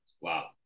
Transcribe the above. wow